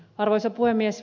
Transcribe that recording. arvoisa puhemies